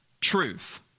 truth